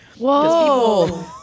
Whoa